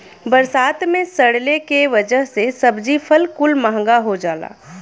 बरसात मे सड़ले के वजह से सब्जी फल कुल महंगा हो जाला